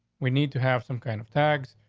we need to have some kind of tags,